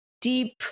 deep